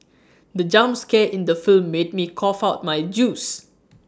the jump scare in the film made me cough out my juice